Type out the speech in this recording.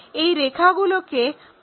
এই রেখাগুলোকে এভাবে দেখা যাচ্ছে